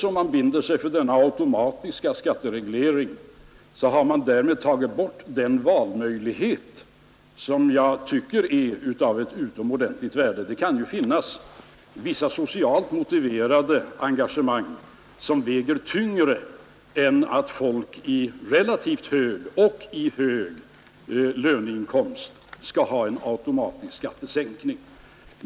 Om man binder sig för denna automatiska skattereglering, har man därmed tagit bort den valfrihet som jag tycker är av utomordentligt värde. Det kan ju finnas vissa socialt motiverade engagemang som väger tyngre än att folk med relativt hög — och hög — löneinkomst skall ha en automatisk skattesänkning.